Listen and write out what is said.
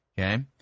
okay